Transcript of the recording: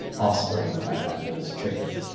offsprings that have those traits.